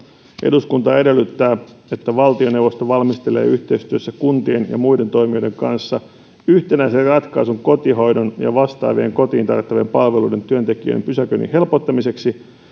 eduskunta edellyttää että valtioneuvosto valmistelee yhteistyössä kuntien ja muiden toimijoiden kanssa yhtenäisen ratkaisun kotihoidon ja vastaavien kotiin tarjottavien palvelujen työntekijöiden pysäköinnin helpottamiseksi